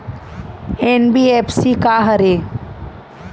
NBFC का हरे?